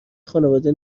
خانواده